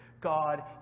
God